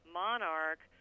monarch